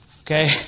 Okay